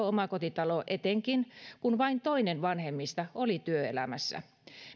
omakotitalo etenkin kun vain toinen vanhemmista oli työelämässä